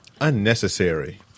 unnecessary